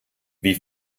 wie